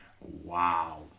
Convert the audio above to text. wow